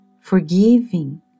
forgiving